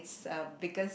a biggest